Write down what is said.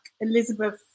Elizabeth